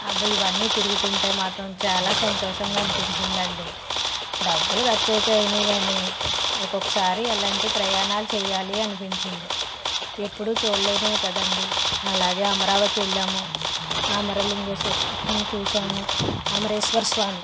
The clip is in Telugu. అబ్బా ఇవన్నీ తిరుగుతుంటే మాత్రం చాలా సంతోషంగా అనిపించిందండి డబ్బులు ఖర్చు అయితే అయినాయి కానీ ఒకొక్కసారి అలాంటి ప్రయాణాలు చేయాలి అనిపించింది ఎప్పుడు చూడలేనివి కదండి అలాగే అమరావతి వెళ్ళాము అమరలింగేశ్వర స్వామిని చూసాము అమరేశ్వర స్వామి